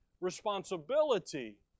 responsibility